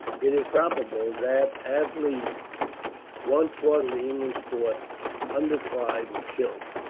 it is probable that at least one-fourth of the english force under clive were killed.